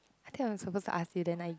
I think I was suppose to ask you then I